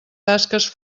tasques